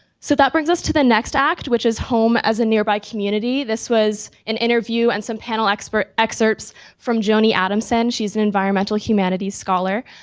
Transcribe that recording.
so that brings us to the next act, which is home as a nearby community. this was an interview and some panel excerpts excerpts from joni adamson. she's an environmental humanities scholar.